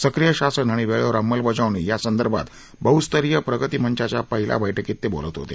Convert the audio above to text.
सक्रीय शासन आणि वेळेवर अंमलबजावणी या संदर्भात बहुस्तरीय प्रगती मंचाच्या पहिल्या बैठकीत ते बोलत होते